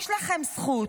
יש לכם זכות,